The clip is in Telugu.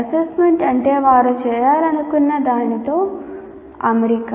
అసెస్మెంట్ అంటే వారు చేయాలనుకున్న దానితో అమరిక